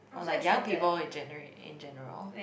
or like young people in January in general